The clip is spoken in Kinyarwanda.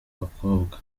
bakobwa